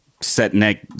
set-neck